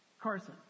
Carson